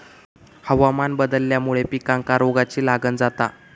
हवामान बदलल्यामुळे पिकांका रोगाची लागण जाता